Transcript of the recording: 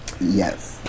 Yes